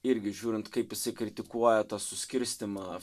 irgi žiūrint kaip jisai kritikuoja tą suskirstymą